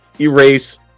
erase